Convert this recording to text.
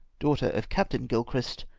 daughter of captain gil christ,